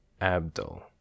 abdul